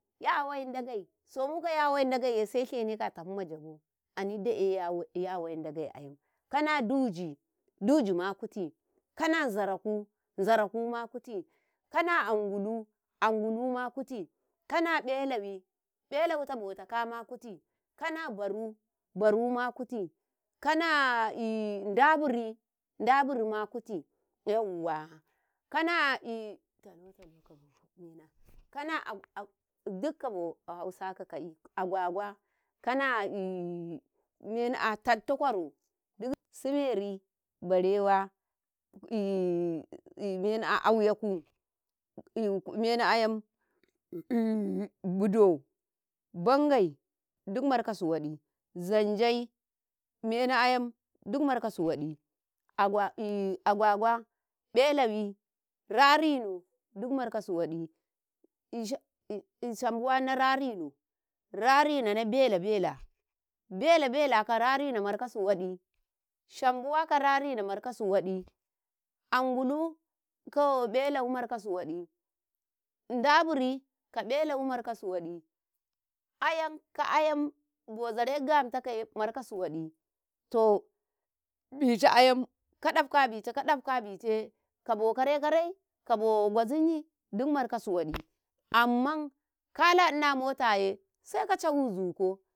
﻿Nyawai-Ndagai, somu Nyawai-Ndagai, Sai shene a tahunta jagau ani dae Nyawai Nyawai Ndagai ayam kana duji, duji kwutii, kana zaraku, zarakuma kwutii, kana angulu, anguluma kwutii, kana belawi, belawi tabo takama kwutii, kana baru, baruma kwutii, kana ndabiri, ndabirima kwutii, yauwa, kana duk kabo hausa ka ka'ii. Agwagwa kana mena'a tatti-kwaro duk sumeri barewa mena'a auyaku Budo, bangai duk markasu waɗi, zanjei mena ayam duk markasu waɗi agwa, Agwagwa balawi, rarino duk markasu wadi shanbuwa ka rarino, rarino na bela-bela bela –bela ka rarino markasu waɗi shanbuwa ka rarino markasu waɗi angulu ka belawi markasu waɗi dabiri ka belawi markasu waɗi ayam ka ayam bo zare Ngamtakaye markasu waɗi, to bica ayam ka ɗafka abicam- ka ɗafka abice kabo kare-kare kabo gwazinyii gid markasu waɗi amma kala Nɗina motaye saika cawu zuko.